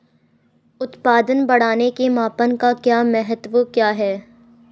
उत्पादन बढ़ाने के मापन का महत्व क्या है?